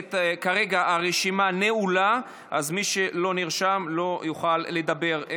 כרגע הרשימה נעולה, כך שמי שלא נרשם לא יוכל לדבר.